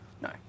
No